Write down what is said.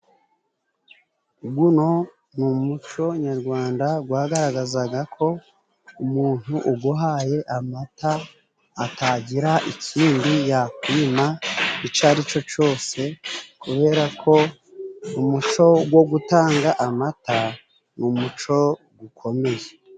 Uno ni umuco nyarwanda wagaragazaga ko umuntu uguhaye amata, atagira ikindi yakwima icyo aricyo cyose, kubera ko umuco wo gutanga amata, ni umuco ukomeye.